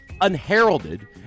Unheralded